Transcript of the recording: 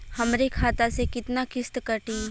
हमरे खाता से कितना किस्त कटी?